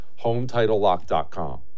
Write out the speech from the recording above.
HometitleLock.com